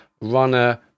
runner